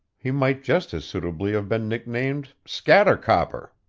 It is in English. he might just as suitably have been nicknamed scattercopper.